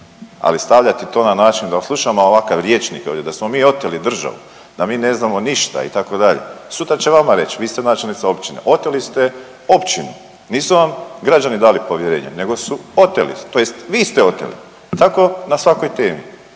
Ali stavljati to na način da slušamo ovakav rječnik ovdje da smo mi oteli državu, da mi ne znamo ništa itd. sutra će vama reć vi ste načelnica općine, oteli ste općinu, nisu vam građani dali povjerenje nego su oteli tj. vi ste oteli tako na svakoj temi.